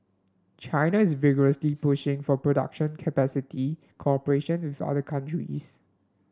China is vigorously pushing for production capacity cooperation with other countries